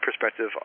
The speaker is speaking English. perspective